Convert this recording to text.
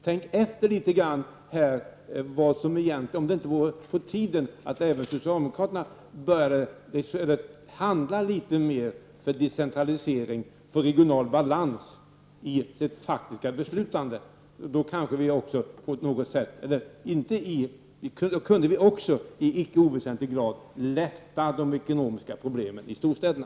Tänk efter litet här om det inte vore på tiden att även socialdemokraterna började handla mer för decentralisering och för regional balans i det faktiska beslutsfattandet. Då skulle vi i icke oväsentlig grad lätta de ekonomiska problemen i storstäderna.